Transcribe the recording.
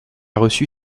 reçu